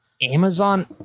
amazon